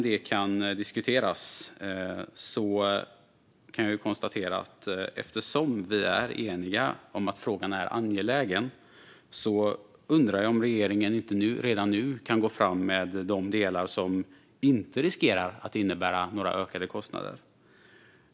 Det kan diskuteras, men eftersom vi är eniga om att frågan är angelägen undrar jag om regeringen inte redan nu kan gå fram med de delar som inte riskerar att innebära några ökade kostnader.